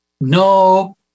no